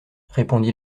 répondit